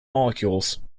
molecules